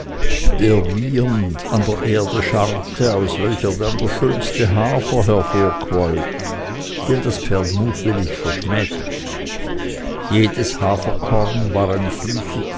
der wiehernd an der erde scharrte aus welcher dann der schönste hafer hervorquoll den das pferd mutwillig verschmähte jedes haferkorn war ein